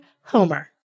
Homer